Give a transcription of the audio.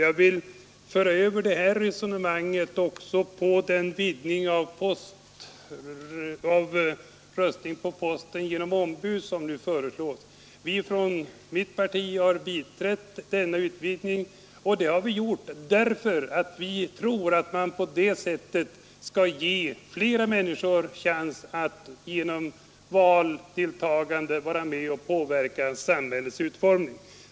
Jag vill föra över det här resonemanget på den utvidgning av poströstning genom ombud som nu föreslås. Från mitt parti har vi biträtt denna utvidgning därför att vi tror att man på det sättet ger fler människor chans att genom ett valdeltagande påverka samhällets utformning.